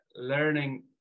learning